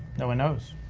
no one knows.